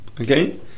okay